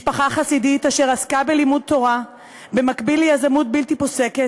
משפחה חסידית אשר עסקה בלימוד תורה במקביל ליזמות בלתי פוסקת,